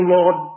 Lord